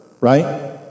Right